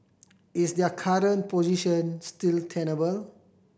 is their current position still tenable